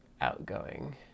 outgoing